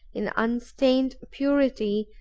in unstained purity,